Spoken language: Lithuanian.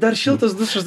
dar šiltas dušas